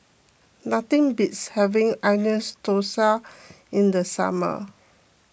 nothing beats having Onion Thosai in the summer